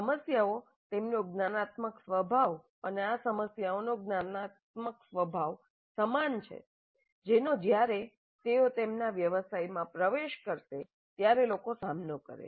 સમસ્યાઓ તેમનો જ્ઞાનાત્મક સ્વભાવ અને આ સમસ્યાઓનો જ્ઞાનાત્મક સ્વભાવ સમાન છે જેનો જ્યારે તેઓ તેમના વ્યવસાયમાં પ્રવેશ કરશે ત્યારે લોકો સામનો કરે છે